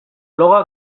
bloga